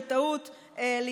בטעות,